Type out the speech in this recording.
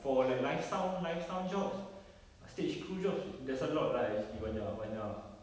for like life sound life sound jobs stage crew jobs there's a lot lah actually banyak banyak